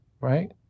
right